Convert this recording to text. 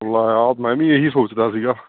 ਲੈ ਆ ਮੈਂ ਵੀ ਇਹ ਹੀ ਸੋਚਦਾ ਸੀਗਾ